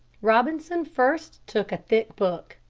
robinson first took a thick book.